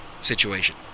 situation